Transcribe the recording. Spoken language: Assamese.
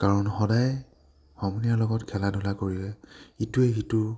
কাৰণ সদায় সমনীয়াৰ লগত খেলা ধূলা কৰি ইটোৱে সিটোৰ